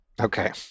Okay